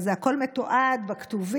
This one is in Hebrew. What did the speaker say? אבל זה הכול מתועד בכתובים,